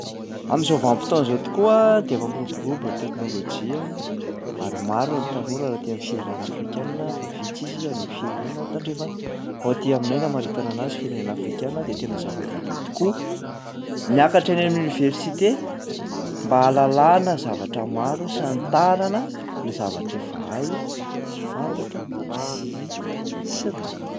Am'zao vanim-potoana zao tokoa de efa miroborobo ny teknôlôjia ary maro ny tanora raha aty am'firenena afrikana fa vitsy izy any am'firenena tandrefana. Ho aty aminay ny amaritana anazy firenena afrikana de tena zava-dehibe tokoa miakatra eny amin'ny oniversite mba hahalalana zavatra maro sy hanitarana ny zavatra efa hay sy fantatra sy hita sy re.